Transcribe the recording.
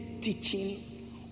teaching